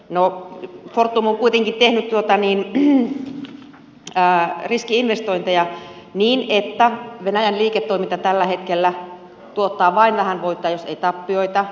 no fortum on kuitenkin tehnyt riski investointeja niin että venäjän liiketoiminta tällä hetkellä tuottaa vain vähän voittoa jos ei tappioita